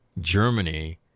Germany